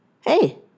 Hey